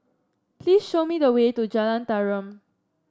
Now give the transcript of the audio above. please show me the way to Jalan Tarum